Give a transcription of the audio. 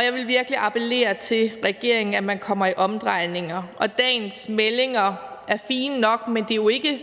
jeg vil virkelig appellere til regeringen om, at man kommer i omdrejninger. Dagens meldinger er fine nok, men det er jo ikke